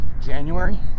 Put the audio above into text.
January